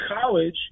college